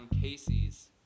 Casey's